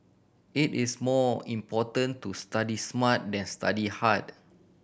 it is more important to study smart than study hard